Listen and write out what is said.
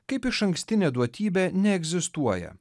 kaip išankstinė duotybė neegzistuoja